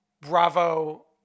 Bravo